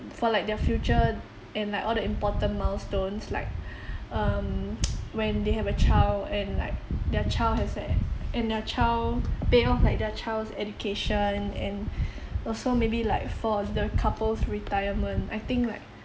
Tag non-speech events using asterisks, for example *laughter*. for like their future and like all the important milestones like um *noise* when they have a child and like their child has a and their child pay off their child's education and also maybe like for the couple's retirement I think like